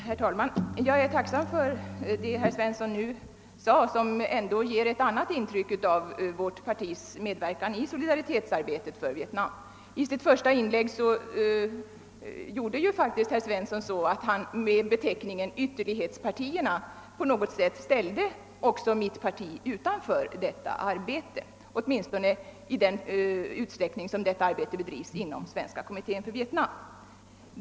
Herr talman! Jag är tacksam för det som herr Svensson i Kungälv nu sade. Det ger ändå ett annat intryck av vårt partis medverkan i solidaritetsarbetet för Vietnam. I sitt första inlägg ställde herr Svensson med vad han betecknade som ytterlighetspartier på något sätt också mitt parti utanför detta arbete, åtminstone i den utsträckning som arbetet bedrivs inom Svenska kommittén för Vietnam.